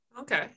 okay